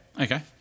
Okay